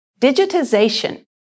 Digitization